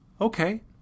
okay